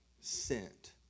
sent